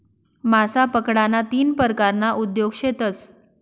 मासा पकडाना तीन परकारना उद्योग शेतस